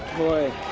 boy.